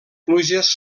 pluges